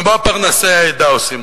ומה פרנסי העדה עושים,